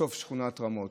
סוף שכונת רמות.